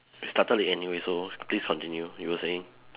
started it anyway so please continue you were saying